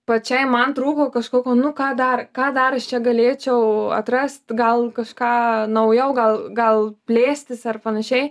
pačiai man trūko kažkokio nu ką dar ką dar aš čia galėčiau atrast gal kažką naujau gal gal plėstis ar panašiai